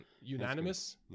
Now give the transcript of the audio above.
unanimous